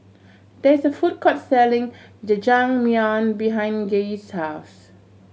there is a food court selling Jajangmyeon behind Gee's house